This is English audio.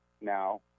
now